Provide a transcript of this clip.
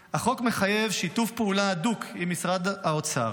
החוק מחייב שיתוף פעולה הדוק עם משרד האוצר.